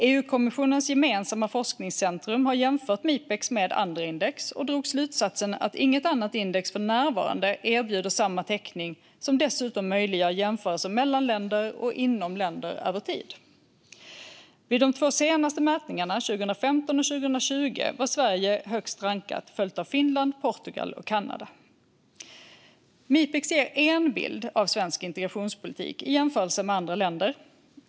EU-kommissionens gemensamma forskningscentrum har jämfört Mipex med andra index och dragit slutsatsen att inget annat index för närvarande erbjuder samma täckning som dessutom möjliggör jämförelser mellan länder och inom länder över tid. Vid de två senaste mätningarna, 2015 och 2020, var Sverige högst rankat, följt av Finland, Portugal och Kanada. Mipex ger en bild av svensk integrationspolitik i jämförelse med andra länder.